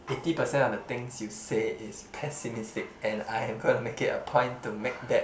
eighty percent of the things you say is pessimistic and I am going to make it a point to make that